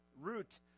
root